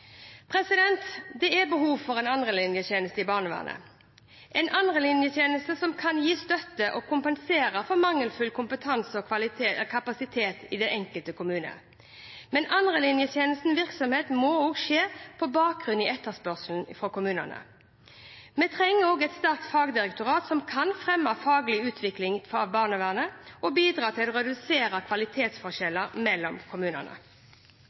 Det er behov for en andrelinjetjeneste i barnevernet. En andrelinjetjeneste kan gi støtte og kompensere for mangelfull kompetanse og kapasitet i den enkelte kommunen, men andrelinjetjenestens virksomhet må skje med bakgrunn i etterspørsel fra kommunene. Vi trenger også et sterkt fagdirektorat som kan fremme faglig utvikling av barnevernet og bidra til å redusere kvalitetsforskjeller mellom kommunene.